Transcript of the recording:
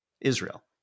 israel